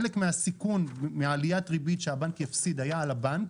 חלק מהסיכון מעליית ריבית שהבנק יפסיד היה על הבנק.